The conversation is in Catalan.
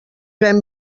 ven